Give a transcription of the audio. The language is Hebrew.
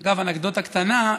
אגב, אנקדוטה קטנה.